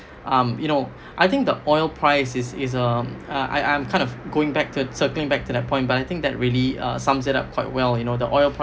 um you know I think the oil price is is um I I am kind of going back to circling back to that point but I think that really um sums it up quite well you know the oil price